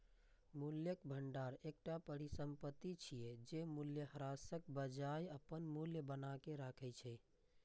मूल्यक भंडार एकटा परिसंपत्ति छियै, जे मूल्यह्रासक बजाय अपन मूल्य बनाके राखै छै